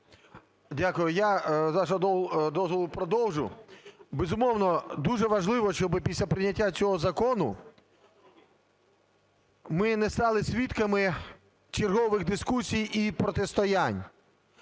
Дякую. Я з вашого дозволу продовжу. Безумовно, дуже важливо, щоби після прийняття цього закону ми не стали свідками чергових дискусій і протистоянь.